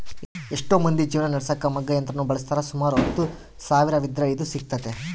ಎಷ್ಟೊ ಮಂದಿ ಜೀವನ ನಡೆಸಕ ಮಗ್ಗ ಯಂತ್ರವನ್ನ ಬಳಸ್ತಾರ, ಸುಮಾರು ಹತ್ತು ಸಾವಿರವಿದ್ರ ಇದು ಸಿಗ್ತತೆ